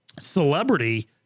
celebrity